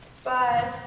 five